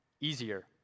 easier